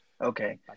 okay